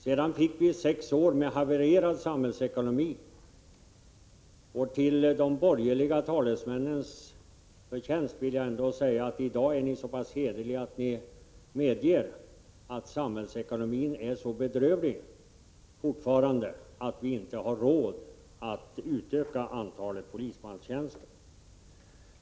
Sedan fick vi sex år med havererad samhällsekonomi. Till de borgerliga talesmännens förtjänst vill jag ändå säga, att i dag är ni så pass hederliga att ni medger att samhällsekonomin fortfarande är så bedrövlig att vi inte har råd att utöka antalet polismanstjänster.